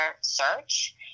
search